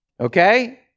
Okay